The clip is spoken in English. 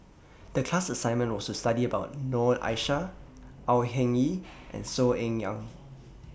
The class assignment was to study about Noor Aishah Au Hing Yee and Saw Ean Ang